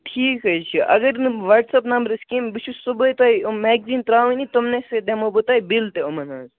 ٹھیٖکھ حظ چھُ اگر نہٕ وَٹس ایٚپ نمبرس کیٚنٛہہ بہٕ چھُس صُبحے تۄہہِ میگزیٖن ترٛاوانٕے تِمنٕے سۭتۍ دِمو بہٕ تۄہہِ بِل تہِ تِمن ہٕنٛز